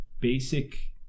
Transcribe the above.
basic